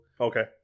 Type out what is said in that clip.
Okay